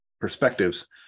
perspectives